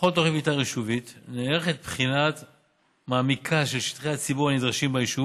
מתאר יישובית נערכת בחינה מעמיקה של שטחי הציבור הנדרשים ביישוב